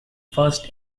first